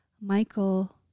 Michael